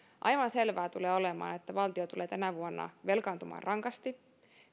aivan selvää tulee olemaan että valtio tulee tänä vuonna velkaantumaan rankasti